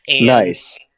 Nice